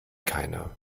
keiner